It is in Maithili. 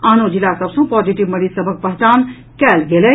आनो जिला सभ सँ पॉजिटिव मरीज सभक पहचान कयल गेल अछि